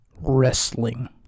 Wrestling